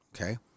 Okay